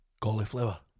Cauliflower